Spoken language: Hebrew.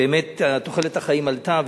באמת תוחלת החיים עלתה,